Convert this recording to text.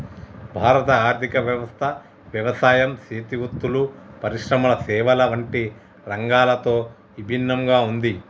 భారత ఆర్థిక వ్యవస్థ యవసాయం సేతి వృత్తులు, పరిశ్రమల సేవల వంటి రంగాలతో ఇభిన్నంగా ఉంది